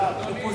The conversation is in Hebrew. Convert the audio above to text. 41